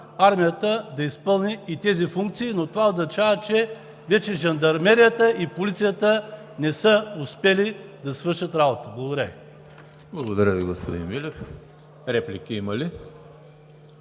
армията да изпълни и тези функции, но това означава, че вече жандармерията и полицията не са успели да свършат работа. Благодаря Ви. ПРЕДСЕДАТЕЛ ЕМИЛ ХРИСТОВ: Благодаря Ви, господин Милев. Реплики има ли?